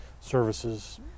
services